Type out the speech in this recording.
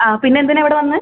ആ പിന്നെന്തിനാ ഇവിടെ വന്നത്